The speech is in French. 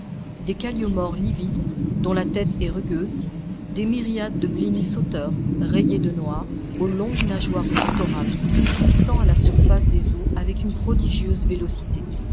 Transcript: des calliomores livides dont la tête est rugueuse des myriades de blennies sauteurs rayés de noir aux longues nageoires pectorales glissant à la surface des eaux avec une prodigieuse vélocité